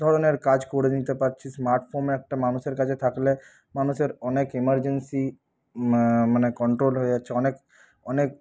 ধরনের কাজ করে নিতে পারছি স্মার্ট ফোন একটা মানুষের কাছে থাকলে মানুষের অনেক এমারজেন্সি মানে কন্ট্রোল হয়ে যাচ্ছে অনেক অনেক